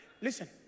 Listen